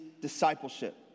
discipleship